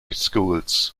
schools